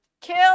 kill